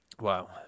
Wow